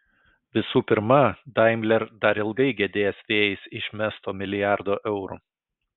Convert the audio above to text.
visų pirma daimler dar ilgai gedės vėjais išmesto milijardo eurų